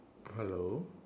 hello